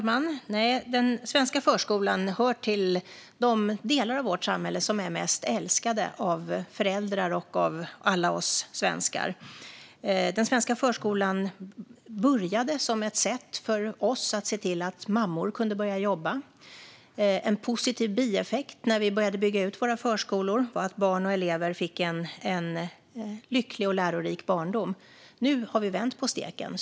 Herr talman! Den svenska förskolan hör till de delar av vårt samhälle som är mest älskade av föräldrar och av alla oss svenskar. Den svenska förskolan började som ett sätt för oss att se till att mammor kunde börja jobba. En positiv bieffekt, när vi började bygga ut våra förskolor, var att barn och elever fick en lycklig och lärorik barndom. Nu har vi vänt på steken.